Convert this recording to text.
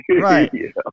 Right